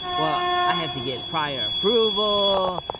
well, i have to get prior approval,